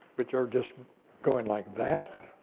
which are just going like that.